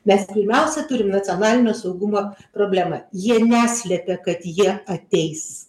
mes pirmiausia turim nacionalinio saugumo problemą jie neslepia kad jie ateis